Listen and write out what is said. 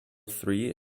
three